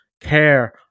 care